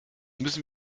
müssen